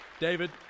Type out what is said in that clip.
David